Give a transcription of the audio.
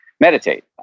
meditate